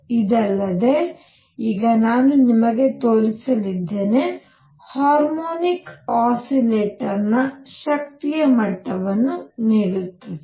ಇದಲ್ಲದೆ ಈಗ ನಾನು ನಿಮಗೆ ತೋರಿಸಲಿದ್ದೇನೆ ಹಾರ್ಮೋನಿಕ್ ಆಸಿಲೆಟರ್ ಶಕ್ತಿಯ ಮಟ್ಟವನ್ನು ನೀಡುತ್ತದೆ